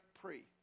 pre